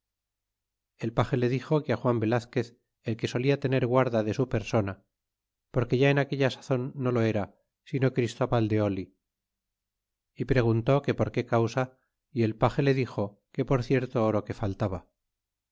el page le dixo que juan velazquez el que solia tener guarda de su persona porque ya en aquella sazon no lo era sino christóbal de oli y preguntó que por qué causa y el page le dixo que por cierto oro que faltaba